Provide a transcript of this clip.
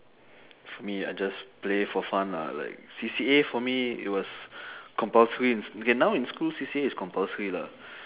for me I just play for fun lah like C_C_A for me it was compulsory in s~ okay now in school C_C_A is compulsory lah